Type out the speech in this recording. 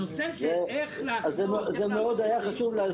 הנושא של איך לעשות --- אז זה מאוד היה חשוב להסביר,